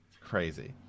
Crazy